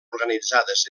organitzades